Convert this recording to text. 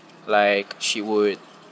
like she would